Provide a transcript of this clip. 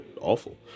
awful